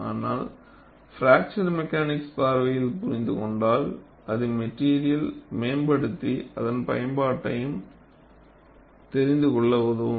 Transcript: ஆனால் fracture mechanics பார்வையில் புரிந்துகொண்டால் அது மெட்டீரியல் மேம்படுத்தி அதன் பயன்பாட்டையும் தெரிந்து கொள்ள உதவும்